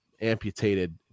amputated